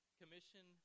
commission